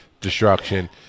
destruction